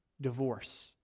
divorce